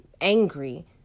angry